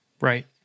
Right